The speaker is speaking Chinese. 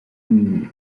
一些